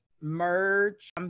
merge